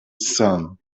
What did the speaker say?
some